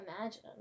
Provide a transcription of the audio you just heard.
imagine